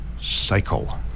cycle